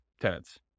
tenants